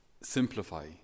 simplify